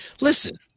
listen